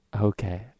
Okay